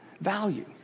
value